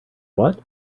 what